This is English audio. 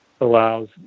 allows